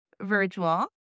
virtual